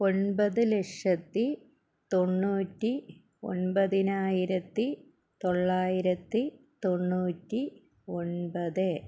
ഒൻപത് ലക്ഷത്തി തൊണ്ണൂറ്റി ഒൻപതിനായിരത്തി തൊള്ളായിരത്തി തൊണ്ണൂറ്റി ഒൻപത്